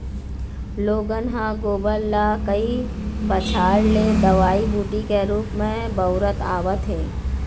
लोगन ह गोबर ल कई बच्छर ले दवई बूटी के रुप म बउरत आवत हे